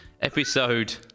episode